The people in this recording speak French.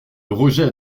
rejet